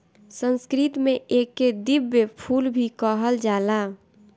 संस्कृत में एके दिव्य फूल भी कहल जाला